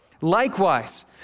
Likewise